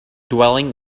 dwelling